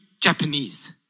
Japanese